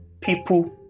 people